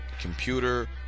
computer